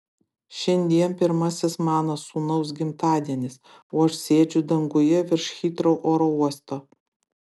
šiandien pirmasis mano sūnaus gimtadienis o aš sėdžiu danguje virš hitrou oro uosto